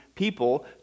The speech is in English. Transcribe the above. People